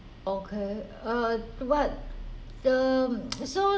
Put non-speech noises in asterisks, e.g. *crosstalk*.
okay uh what the *noise* so